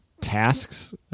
tasks